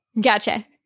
Gotcha